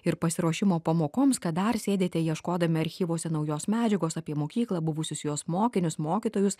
ir pasiruošimo pamokoms kad dar sėdite ieškodami archyvuose naujos medžiagos apie mokyklą buvusius jos mokinius mokytojus